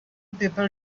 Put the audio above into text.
people